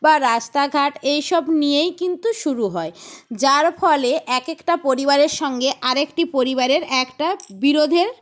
বা রাস্তাঘাট এইসব নিয়েই কিন্তু শুরু হয় যার ফলে একেকটা পরিবারের সঙ্গে আরেকটি পরিবারের একটা বিরোধের